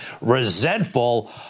resentful